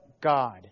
God